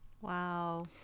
Wow